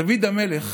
דוד המלך